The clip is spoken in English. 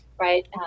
right